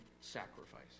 sacrifice